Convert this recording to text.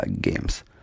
games